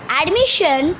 admission